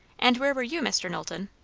and where were you, mr. knowlton?